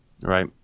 Right